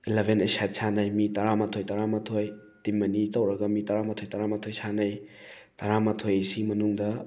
eleven a side ꯁꯥꯟꯅꯩ ꯃꯤ ꯇꯔꯥꯃꯥꯊꯣꯏ ꯇꯔꯥꯃꯥꯊꯣꯏ ꯇꯤꯝ ꯑꯅꯤ ꯇꯧꯔꯒ ꯃꯤ ꯇꯔꯥꯃꯥꯊꯣꯏ ꯇꯔꯥꯃꯥꯊꯣꯏ ꯁꯥꯟꯅꯩ ꯇꯔꯥꯃꯥꯊꯣꯏꯁꯤꯒꯤ ꯃꯅꯨꯡꯗ